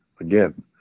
again